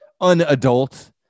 unadult